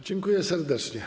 Dziękuję serdecznie.